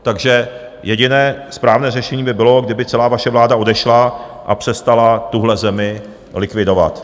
Takže jediné správné řešení by bylo, kdyby celá vaše vláda odešla a přestala tuhle zemi likvidovat.